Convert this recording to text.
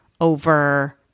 over